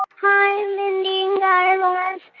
hi, mindy and guy and um raz.